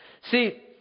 See